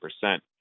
percent